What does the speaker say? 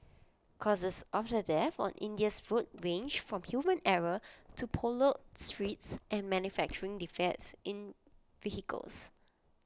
causes of the deaths on India's roads range from human error to potholed streets and manufacturing defects in vehicles